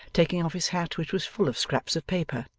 taking off his hat which was full of scraps of paper,